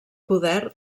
poder